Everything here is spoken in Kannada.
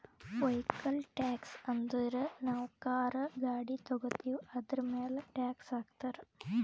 ವೈಕಲ್ ಟ್ಯಾಕ್ಸ್ ಅಂದುರ್ ನಾವು ಕಾರ್, ಗಾಡಿ ತಗೋತ್ತಿವ್ ಅದುರ್ಮ್ಯಾಲ್ ಟ್ಯಾಕ್ಸ್ ಹಾಕ್ತಾರ್